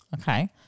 okay